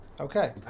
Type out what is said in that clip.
okay